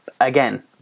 again